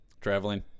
Traveling